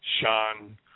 Sean